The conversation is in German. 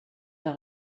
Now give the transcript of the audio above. der